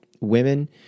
women